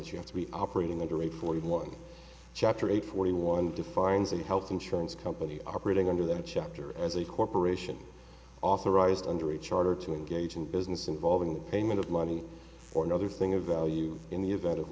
requirement you have to be operating under a forty one chapter eight forty one defines a health insurance company operating under their chapter as a corporation authorized under a charter to engage in business involving the payment of money or another thing of value in the event of